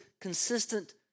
consistent